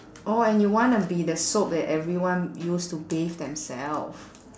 oh and you wanna be the soap that everyone use to bathe themself